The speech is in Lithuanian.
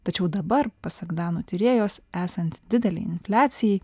tačiau dabar pasak danų tyrėjos esant didelei infliacijai